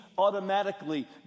automatically